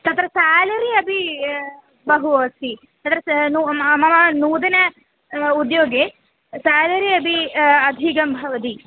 तत्र सेलरी अपि बहु अस्ति तत्र मम नूतनम् उद्योगे सेलरि अपि अधिकं भवति